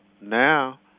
now